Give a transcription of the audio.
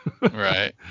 Right